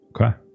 Okay